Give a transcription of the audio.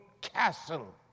castle